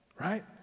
right